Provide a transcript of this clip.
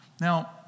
Now